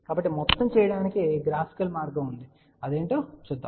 కాబట్టి మొత్తం చేయడానికి గ్రాఫికల్ మార్గం ఉంది మరియు అది ఏమిటో చూద్దాం